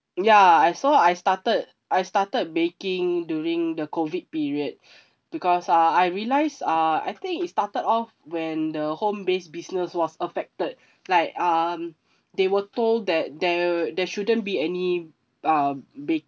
ya I so I started I started baking during the COVID period because uh I realised uh I think it started off when the home based business was affected like um they were told that there there shouldn't be any uh baking